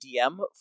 DM